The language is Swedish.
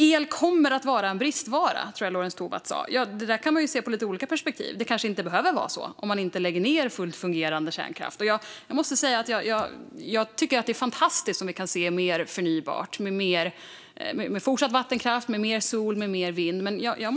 El kommer att vara en bristvara. Så tror jag att Lorentz Tovatt sa. Det där kan man se ur lite olika perspektiv. Det behöver kanske inte vara så, om man inte lägger ned fullt fungerande kärnkraftverk. Jag tycker att det är fantastiskt om vi får mer förnybart såsom fortsatt vattenkraft och mer sol och vindkraft.